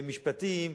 משפטים,